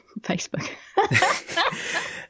Facebook